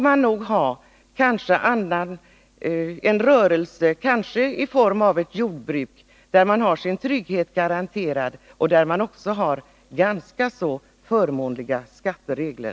Man skall nog i så fall ha en rörelse, kanske i form av ett jordbruk, där man har sin trygghet garanterad och där det också är förmånliga skatteregler.